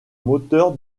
moteur